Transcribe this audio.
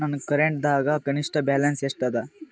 ನನ್ನ ಕರೆಂಟ್ ಖಾತಾದಾಗ ಕನಿಷ್ಠ ಬ್ಯಾಲೆನ್ಸ್ ಎಷ್ಟು ಅದ